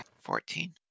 Fourteen